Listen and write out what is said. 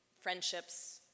Friendships